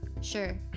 sure